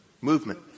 Movement